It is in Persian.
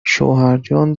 شوهرجان